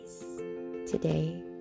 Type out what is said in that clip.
today